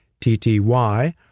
TTY